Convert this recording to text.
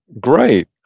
great